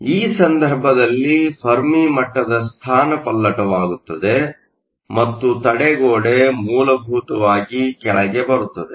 ಆದ್ದರಿಂದ ಈ ಸಂದರ್ಭದಲ್ಲಿ ಫೆರ್ಮಿ ಮಟ್ಟದ ಸ್ಥಾನಪಲ್ಲಟವಾಗುತ್ತದೆ ಮತ್ತು ತಡೆಗೋಡೆ ಮೂಲಭೂತವಾಗಿ ಕೆಳಗೆ ಬರುತ್ತದೆ